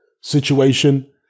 situation